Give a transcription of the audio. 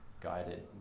guided